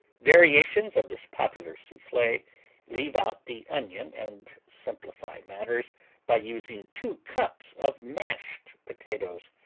variations of this popular souffle leave out the onion and simplify matters by using two cups of mashed potatoes.